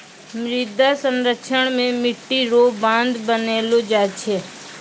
मृदा संरक्षण मे मट्टी रो बांध बनैलो जाय छै